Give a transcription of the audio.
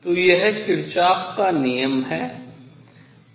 तो यह किरचॉफ का नियम है